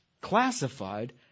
classified